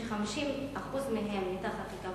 ש-50% מהם מתחת לקו